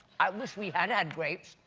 i wish we had, had grapes.